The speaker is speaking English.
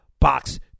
Box